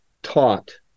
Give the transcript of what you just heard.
taught